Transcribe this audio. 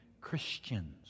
Christians